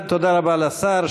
תודה רבה לשר.